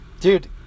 dude